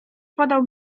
podał